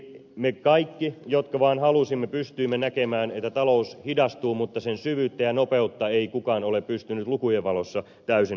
me kaikki jotka vaan halusimme pystyimme näkemään että talous hidastuu mutta sen syvyyttä ja nopeutta ei kukaan ole pystynyt lukujen valossa täysin arvioimaan